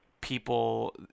people